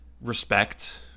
respect